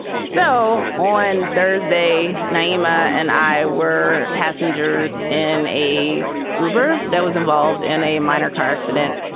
so on thursday, nyima and i were passengers in a uber that was involved in a minor car accident.